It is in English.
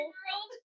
World